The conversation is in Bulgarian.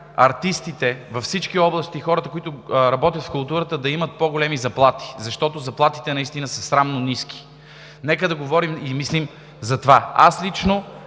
артистите във всички области, хората, които работят в културата, да имат по-големи заплати, защото заплатите наистина са срамно ниски. Нека да говорим и мислим за това. Аз лично